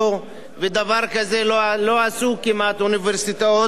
ודבר כזה לא עשו כמעט אוניברסיטאות קיימות.